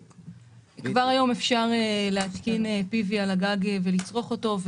כבר היום אפשר להתקין PV על הגג ולצרוך אותו.